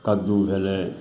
कद्दु भेलै